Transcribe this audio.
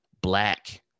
Black